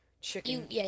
Chicken